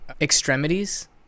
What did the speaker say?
extremities